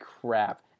crap